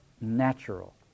natural